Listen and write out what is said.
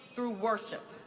through worship?